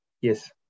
Yes